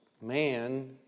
man